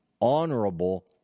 honorable